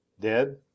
Dead